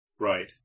Right